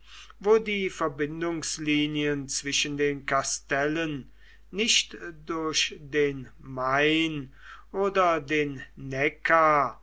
wo die verbindungslinien zwischen den kastellen nicht durch den main oder den